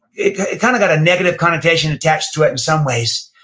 it it kind of got a negative connotation attached to it in some ways.